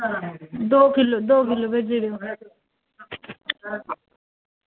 दौ किलो दौ किलो भेजी ओड़ेओ